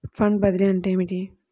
Fund బదిలీ అంటే ఏమిటి?